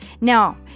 Now